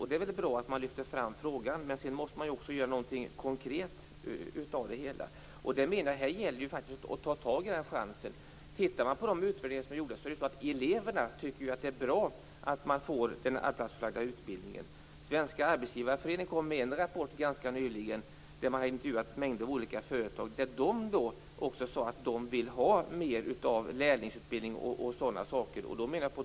Det är väl bra att man lyfter fram frågan, men sedan måste man också göra någonting konkret av det hela. Det gäller faktiskt att ta tag i den här chansen. De utvärderingar som är gjorda visar att eleverna tycker att det är bra att man får den arbetsplatsförlagda utbildningen. Svenska Arbetsgivareföreningen kom med en rapport ganska nyligen där man har intervjuat mängder med olika företag. De sade också att de vill ha mer lärlingsutbildning och sådana saker.